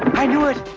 i knew it,